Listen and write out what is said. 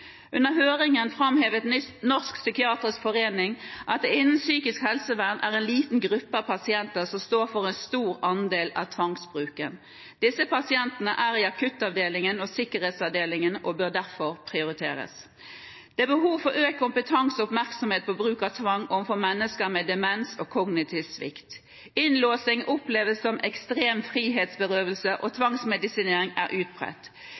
Under høringen framhevet Norsk psykiatrisk forening at det innen psykisk helsevern er en liten gruppe av pasienter som står for en stor andel av tvangsbruken. Disse pasientene er i akuttavdelingene og sikkerhetsavdelingene og bør derfor prioriteres. Det er behov for økt kompetanse og oppmerksomhet på bruk av tvang overfor mennesker med demens og kognitiv svikt. Innlåsing oppleves som ekstrem frihetsberøvelse, og tvangsmedisinering er utbredt.